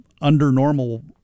under-normal